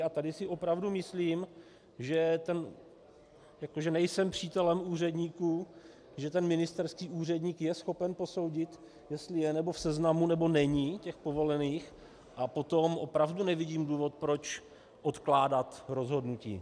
A tady si opravdu myslím, jako že nejsem přítelem úředníků, že ten ministerský úředník je schopen posoudit, jestli je, nebo není v seznamu těch povolených, a potom opravdu nevidím důvod, proč odkládat rozhodnutí.